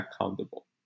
accountable